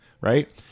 right